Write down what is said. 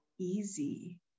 easy